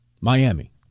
Miami